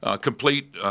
complete